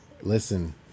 listen